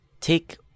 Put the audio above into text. take